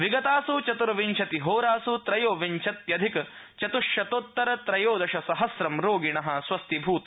विगतास् चत्र्विंशतिहोरास् त्रयोविंशत्यधिक चतुश्शतोत्तर त्रयोदशसहस्र्व रोगिण स्वस्थीभूता